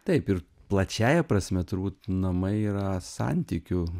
taip ir plačiąja prasme turbūt namai yra santykių